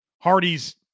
Hardy's